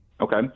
okay